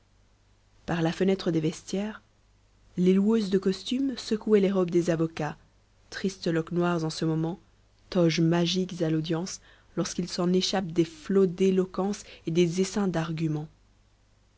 par la fenêtre des vestiaires les loueuses de costumes secouaient les robes des avocats tristes loques noires en ce moment toges magiques à l'audience lorsqu'il s'en échappe des flots d'éloquence et des essaims d'arguments